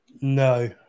No